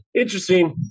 Interesting